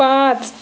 پانٛژھ